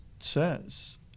says